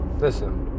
listen